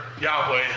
Yahweh